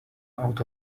out